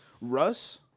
Russ